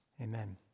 Amen